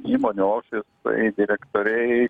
įmonių ofisai direktoriai